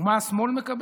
ומה השמאל מקבל?